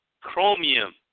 chromium